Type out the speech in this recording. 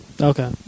Okay